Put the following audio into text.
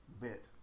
bit